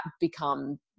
become